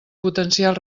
potencial